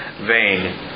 vain